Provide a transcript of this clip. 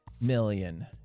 million